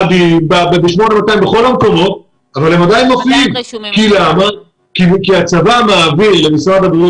ב-8200 ובכל המקומות אבל הם עדיין מופיעים כי הצבא מעביר למשרד הבריאות